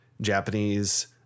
Japanese